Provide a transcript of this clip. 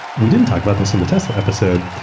we didn't talk about this in the tesla episode.